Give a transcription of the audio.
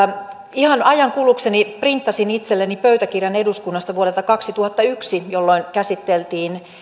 ihan ajankulukseni printtasin itselleni pöytäkirjan eduskunnasta vuodelta kaksituhattayksi jolloin käsiteltiin